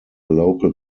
local